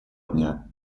дня